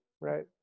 right